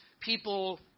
People